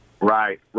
Right